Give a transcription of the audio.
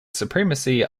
supremacy